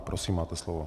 Prosím, máte slovo.